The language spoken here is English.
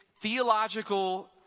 theological